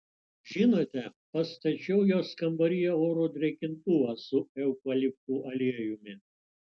žinote pastačiau jos kambaryje oro drėkintuvą su eukaliptų aliejumi